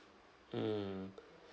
mm